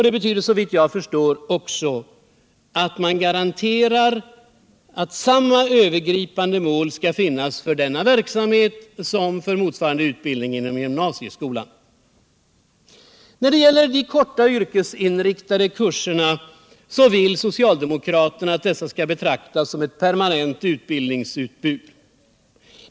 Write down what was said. Det betyder såvitt jag förstår att man garanterar att samma Övergripande mål skall finnas för denna verksamhet som för motsvarande utbildning inom gymnasieskolan. Beträffande de korta yrkesinriktade kurserna vill socialdemokraterna att dessa skall betraktas som ett permanent utbildningsutbud.